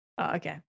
Okay